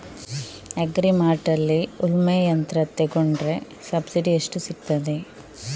Agri ಮಾರ್ಟ್ನಲ್ಲಿ ಉಳ್ಮೆ ಯಂತ್ರ ತೆಕೊಂಡ್ರೆ ಸಬ್ಸಿಡಿ ಎಷ್ಟು ಸಿಕ್ತಾದೆ?